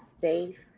safe